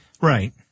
Right